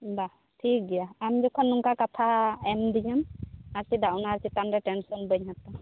ᱵᱟ ᱴᱷᱤᱠ ᱜᱮᱭᱟ ᱟᱢ ᱡᱚᱠᱷᱚᱱ ᱱᱚᱝᱠᱟᱱ ᱠᱟᱛᱷᱟᱢ ᱮᱢᱟᱫᱤᱧᱟᱹ ᱟᱨ ᱪᱮᱫᱟᱜ ᱚᱱᱟ ᱪᱮᱛᱟᱱ ᱨᱮ ᱴᱮᱱᱥᱚᱱ ᱵᱟᱹᱧ ᱦᱟᱛᱟᱣᱟ